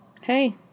Hey